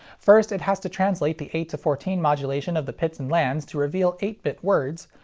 first it has to translate the eight-to-fourteen modulation of the pits and lands to reveal eight bit words,